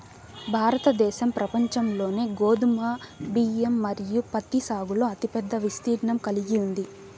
భారతదేశం ప్రపంచంలోనే గోధుమ, బియ్యం మరియు పత్తి సాగులో అతిపెద్ద విస్తీర్ణం కలిగి ఉంది